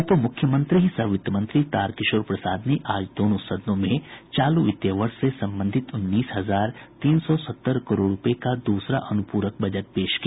उप मुख्यमंत्री सह वित्त मंत्री तार किशोर प्रसाद ने आज दोनों सदनों में चालू वित्त वर्ष से संबंधित उन्नीस हजार तीन सौ सत्तर करोड रुपये का दूसरा अनुपूरक बजट पेश किया